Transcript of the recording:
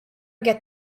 get